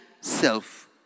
self